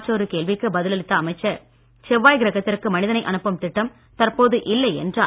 மற்றொரு கேள்விக்கு அமைச்சர் பதில் அளிக்கையில் செவ்வாய் கிரகத்திற்கு மனிதனை அனுப்பும் திட்டம் தற்போது இல்லை என்றார்